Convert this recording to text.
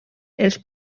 els